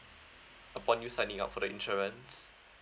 upon you signing up for the insurance